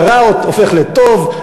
והטוב הופך לרע והרע הופך לטוב,